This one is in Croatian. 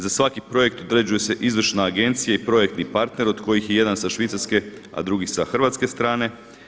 Za svaki projekt određuje se izvršna agencija i projektni partner od kojih je jedan sa švicarske, a drugi sa hrvatske strane.